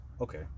okay